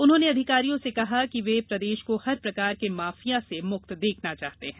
उन्होंने अधिकारियों से कहा कि वे प्रदेश को हर प्रकार के माफिया से मुक्त देखना चाहते हैं